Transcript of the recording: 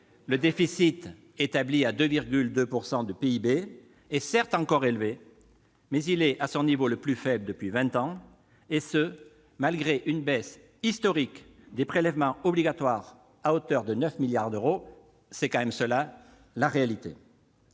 Le déficit public, établi à 2,2 % du PIB, est certes encore élevé, mais il est à son niveau le plus faible depuis vingt ans, et ce malgré une baisse historique des prélèvements obligatoires, à hauteur de 9 milliards d'euros. Voilà la réalité